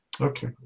Okay